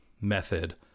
method